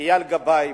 אייל גבאי.